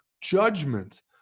Judgment